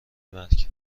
مرگ